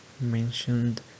mentioned